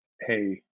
hey